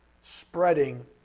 spreading